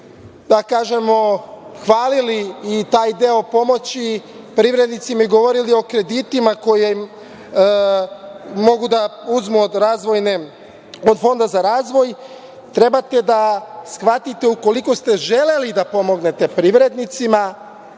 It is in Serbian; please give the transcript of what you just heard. da kažemo hvalili i taj deo pomoći privrednicima i govorili o kreditima koje mogu da uzmu od Fonda za razvoj, trebali ste da shvatite da, ukoliko ste želeli da pomognete privrednicima,